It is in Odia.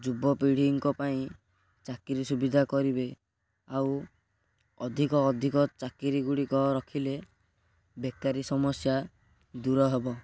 ଯୁବପିଢ଼ିଙ୍କ ପାଇଁ ଚାକିରୀ ସୁବିଧା କରିବେ ଆଉ ଅଧିକ ଅଧିକ ଚାକିରୀ ଗୁଡ଼ିକ ରଖିଲେ ବେକାରୀ ସମସ୍ୟା ଦୂର ହେବ